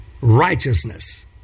righteousness